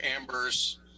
Amber's